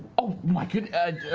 oh my good ah,